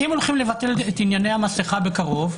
אם הולכים לבטל את ענייני המסכה בקרוב,